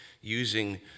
using